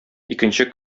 икенче